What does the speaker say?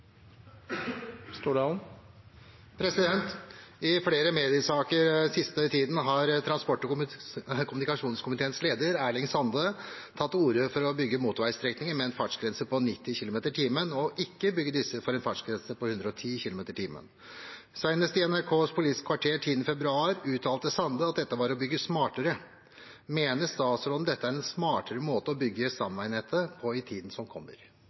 flere mediesaker de siste dagene har transport- og kommunikasjonskomiteens leder, Erling Sande, tatt til orde for å bygge motorveistrekninger med en fartsgrense på 90 km/t, og ikke bygge disse for en fartsgrense på 110 km/t. Senest i NRKs Politisk kvarter 10. februar uttalte Sande at dette var å bygge smartere. Mener statsråden dette er en smartere måte å bygge stamveinettet på i tiden som kommer?»